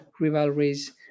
rivalries